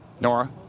Nora